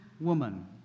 woman